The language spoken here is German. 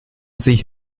sich